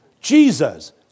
Jesus